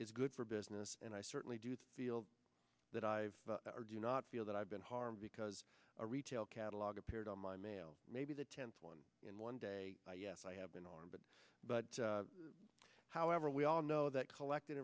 is good for business and i certainly do feel that i've do not feel that i've been harmed because a retail catalog appeared on my mail maybe the tenth one in one day yes i have an arm but but however we all know that collecting